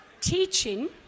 teaching